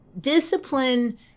discipline